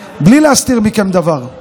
בלי להסתיר מכם דבר: